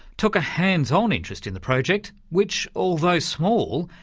took a hands-on interest in the project which, although small,